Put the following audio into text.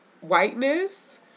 whiteness